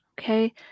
okay